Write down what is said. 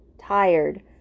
tired